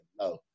no